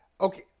okay